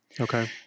Okay